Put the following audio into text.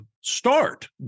Start